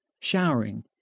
showering